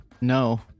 No